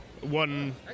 One